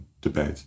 debate